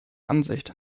ansicht